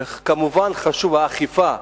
וכמובן חשובה האכיפה,